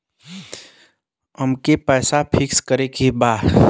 अमके पैसा फिक्स करे के बा?